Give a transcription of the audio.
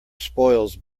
spoils